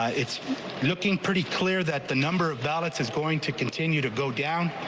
it's looking pretty clear that the number of ballots is going to continue to go down.